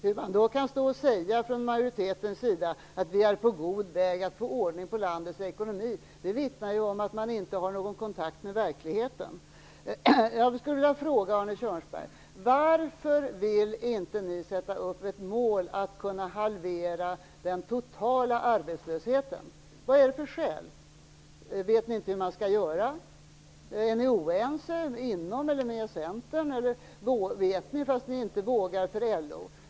Att man då från majoritetens sida kan stå och säga att vi är på god väg att få ordning på landets ekonomi vittnar om att man inte har någon kontakt med verkligheten. Jag skulle vilja fråga Arne Kjörnsberg: Varför vill inte ni sätta upp som mål att halvera den totala arbetslösheten? Vad finns det för skäl? Vet ni inte hur man skall göra? Är ni oense inom partiet eller med Centern? Eller vet ni vad ni borde göra fast ni inte vågar för LO?